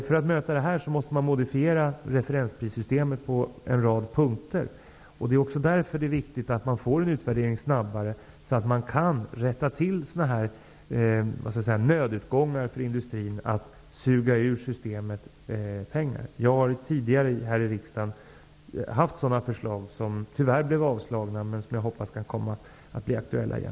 För att möta det här måste man modifiera referensprissystemet på en rad punkter. Också därför är det viktigt att man får en utvärdering snabbare, så att det blir möjligt att rätta till sådana här nödutgångar för industrin när det gäller att suga ut pengar ur systemet. Jag har tidigare här i riksdagen lagt fram sådana förslag. Tyvärr har mina förslag avslagits, men jag hoppas att de blir aktuella igen.